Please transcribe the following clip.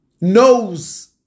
Knows